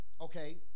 okay